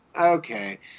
okay